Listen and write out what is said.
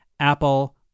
Apple